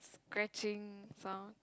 scratching sound